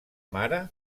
mare